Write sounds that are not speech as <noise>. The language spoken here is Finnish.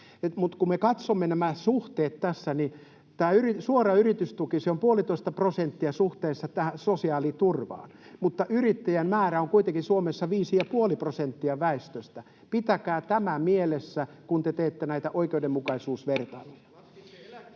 kun me katsomme nämä suhteet tässä, niin tämä suora yritystuki on puolitoista prosenttia suhteessa tähän sosiaaliturvaan, mutta yrittäjien määrä on kuitenkin Suomessa viisi ja puoli prosenttia väestöstä. <noise> Pitäkää tämä mielessä, kun te teette näitä oikeudenmukaisuusvertailuja.